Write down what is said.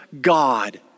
God